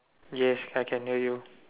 yes I can hear you